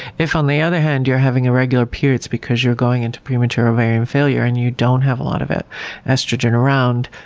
if, on the other hand, you're having irregular periods because you're going into premature ovarian failure and you don't have a lot of estrogen around,